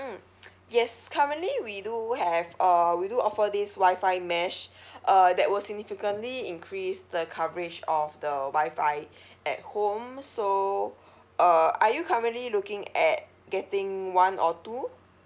mm yes currently we do have uh we do offer this WI-FI mesh uh that will significantly increase the coverage of the WI-FI at home so uh are you currently looking at getting one or two